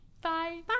bye